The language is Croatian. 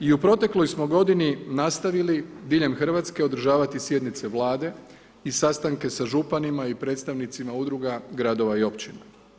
I u protekloj smo godini nastavili diljem Hrvatske održavati sjednice Vlade i sastanke sa županima i predstavnicima udruga gradova i općina.